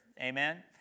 Amen